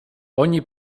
ogni